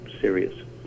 serious